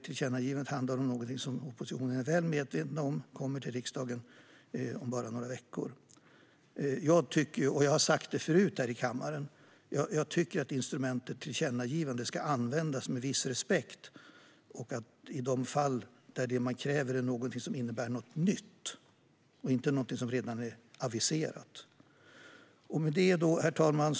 Tillkännagivandet handlar ju här om något som kommer till riksdagen om bara några veckor, vilket oppositionen är väl medveten om. Jag tycker, och har sagt det i kammaren förut, att instrumentet tillkännagivande ska användas med viss respekt och i de fall när det som krävs innebär något nytt, inte något som redan har aviserats. Herr talman!